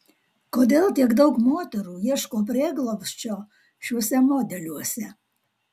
kodėl tiek daug moterų ieško prieglobsčio šiuose modeliuose